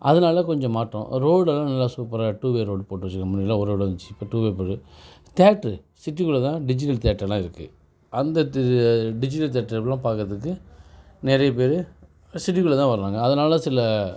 அதனால கொஞ்சம் மாற்றம் ரோடெலாம் நல்லா சூப்பராக டூ வே ரோடு போட்டு வெச்சுருக்காங்க முன்னடியெல்லாம் ஒன் வே ரோடு இருந்துச்சு இப்போது டூ வே போட்டு தேட்ரு சிட்டிக்குள்ளே தான் டிஜிட்டல் தேட்டரெலாம் இருக்குது அந்த டிஜி டிஜிட்டல் தேட்டரெலாம் பார்க்கறதுக்கு நிறைய பேர் சிட்டிக்குள்ளே தான் வர்றாங்க அதனால சில